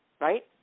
right